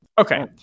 Okay